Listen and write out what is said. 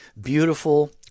beautiful